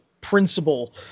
principle